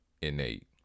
innate